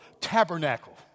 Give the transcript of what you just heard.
tabernacle